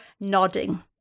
nodding